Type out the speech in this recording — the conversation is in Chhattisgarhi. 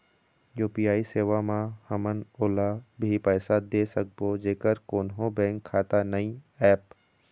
यू.पी.आई सेवा म हमन ओला भी पैसा दे सकबो जेकर कोन्हो बैंक खाता नई ऐप?